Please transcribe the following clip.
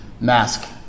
mask